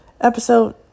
episode